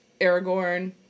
Aragorn